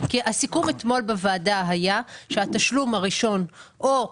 כי הסיכום אתמול בוועדה היה שהתשלום הראשון או 20%,